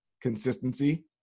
consistency